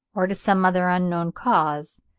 or to some other unknown cause,